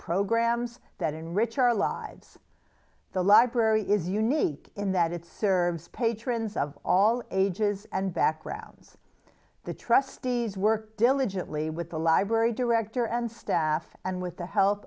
programs that enrich our lives the library is unique in that it serves patrons of all ages and backgrounds the trustees worked diligently with the library director and staff and with the help